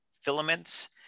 filaments